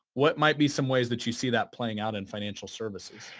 what might be some ways that you see that playing out in financial services?